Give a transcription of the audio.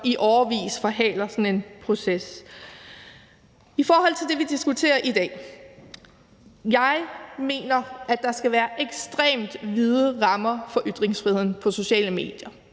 i årevis forhaler sådan en proces. I forhold til det, vi diskuterer i dag, vil jeg sige, at jeg mener, at der skal være ekstremt vide rammer for ytringsfriheden på sociale medier.